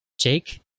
Jake